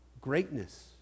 Greatness